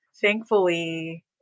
thankfully